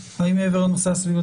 האם אפשר להוסיף לו את הנושא הסביבה?